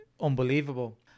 unbelievable